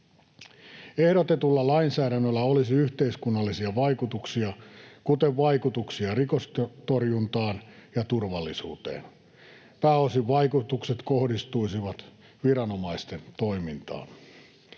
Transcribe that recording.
Ehdotetulla lainsäädännöllä olisi yhteiskunnallisia vaikutuksia, kuten vaikutuksia rikostorjuntaan ja turvallisuuteen. Pääosin vaikutukset kohdistuisivat viranomaisten toimintaan.